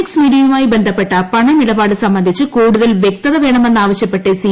X മീഡിയയുമായി ബന്ധപ്പെട്ട പണമിടപാട് സംബന്ധിച്ച് കൂടുതൽ വ്യക്തത വേണമെന്നാവശ്യപ്പെട്ട് സി